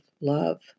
love